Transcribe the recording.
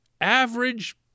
average